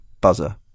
buzzer